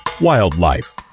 Wildlife